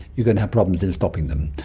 you're going to have problems in stopping them,